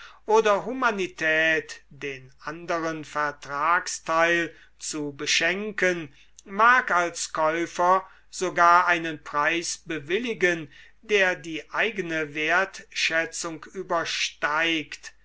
oder humanität den anderen vertragsteil zu beschenken mag als käufer sogar einen preis bewilligen der die eigene wertschätzung übersteigt